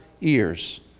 ears